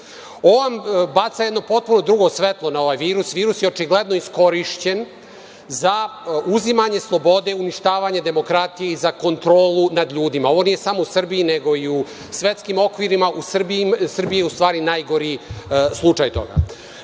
On baca jedno potpuno drugo svetlo na ovaj virus. Virus je očigledno iskorišćen za uzimanje slobode, uništavanje demokratije i za kontrolu nad ljudima. Ovo nije samo u Srbiji, nego i u svetskim okvirima. U Srbiji je najgori slučaj toga. Virus